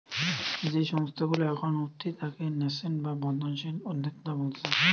যেই সংস্থা গুলা এখন উঠতি তাকে ন্যাসেন্ট বা বর্ধনশীল উদ্যোক্তা বোলছে